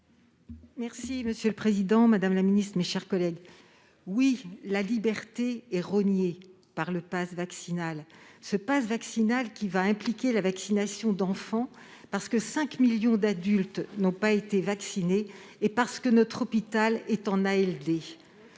Oui, monsieur le président, madame la ministre, mes chers collègues, la liberté est rognée par le passe vaccinal. Et celui-ci va impliquer la vaccination d'enfants, parce que 5 millions d'adultes n'ont pas été vaccinés et que notre hôpital est en